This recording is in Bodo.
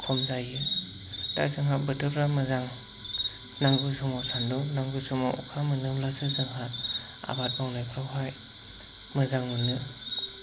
खम जायो दा जोंहा बोथोरफ्रा मोजां नांगौ समाव सान्दुं नांगौ समाव अखा मोनोब्लासो जोंहा आबाद मावनायफ्रावहाय मोजां मोनो